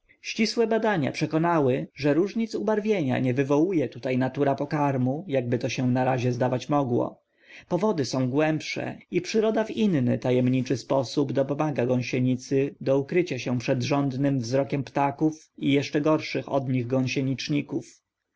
ścisłe badania przekonały że różnic ubarwienia nie wywołuje tutaj natura pokarmu jakby to się na razie zdawać mogło powody są głębsze i przyroda w inny tajemniczy sposób dopomaga gąsienicy do ukrycia się przed żądnym wzrokiem ptaków i jeszcze gorszych od nich